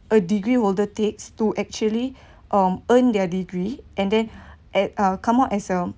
a degree holder takes to actually um earn their degree and then at uh come out as a